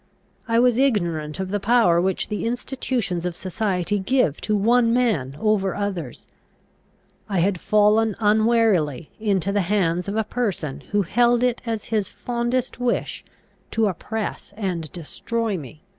i was ignorant of the power which the institutions of society give to one man over others i had fallen unwarily into the hands of a person who held it as his fondest wish to oppress and destroy me.